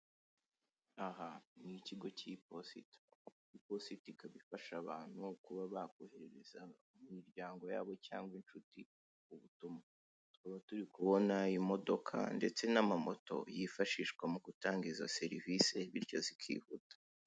Aha ni ikigo k'iposita, iposita ikaba ifasha abantu kuba bakoherereza imiryango yabo cyangwa inshuti ubutumwa, tukaba turi kubona imodoka ndetse n'amamoto yifashishwa mu gutanga izo serivise bityo zikihuta.